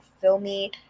filmy